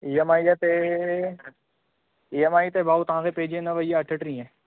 ईएमआईअ ते E M I ते भाउ तांखे पंहिंजी वेंदुव इहा अठटीह